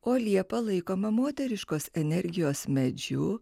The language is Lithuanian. o liepa laikoma moteriškos energijos medžiu